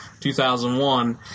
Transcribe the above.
2001